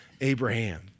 Abraham